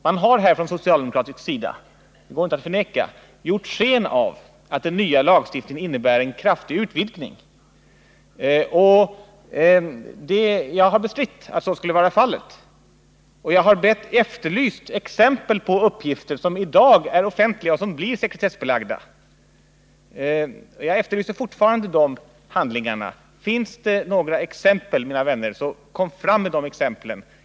Man har från socialdemokratisk sida — det går inte att förneka — gjort sken av att den nya lagstiftningen innebär en kraftig utvidgning av sekretessen. Jag har bestritt att så skulle vara fallet och har efterlyst exempel på uppgifter som i dag är offentliga men som blir sekretessbelagda. Finns det några exempel, mina vänner, så kom fram med dem.